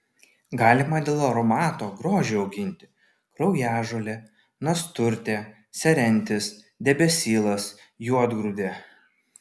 galima dėl aromato grožio auginti kraujažolė nasturtė serentis debesylas juodgrūdė